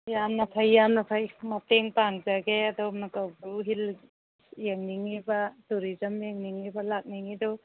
ꯌꯥꯝꯅ ꯐꯩ ꯌꯥꯝꯅ ꯐꯩ ꯃꯇꯦꯡ ꯄꯥꯡꯖꯒꯦ ꯑꯗꯣꯝꯅ ꯀꯧꯕ꯭ꯔꯨ ꯍꯤꯜꯁ ꯌꯦꯡꯅꯤꯡꯉꯤꯕ ꯇꯨꯔꯤꯖꯝ ꯌꯦꯡꯅꯤꯡꯉꯤꯕ ꯂꯥꯛꯅꯤꯡꯉꯤꯗꯨ